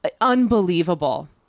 unbelievable